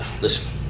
Listen